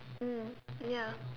mm ya